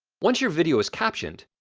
once your video is captioned,